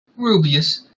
Rubius